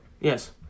Yes